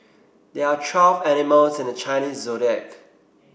there are twelve animals in the Chinese Zodiac